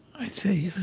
i say,